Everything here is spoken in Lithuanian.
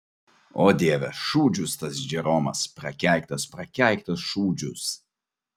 o dieve šūdžius tas džeromas prakeiktas prakeiktas šūdžius